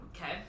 Okay